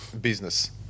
business